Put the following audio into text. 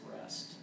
rest